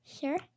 sure